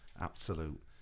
absolute